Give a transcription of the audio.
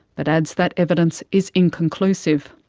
but adds that evidence is inconclusive.